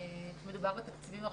מדובר בתקציבים הרשותיים,